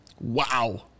Wow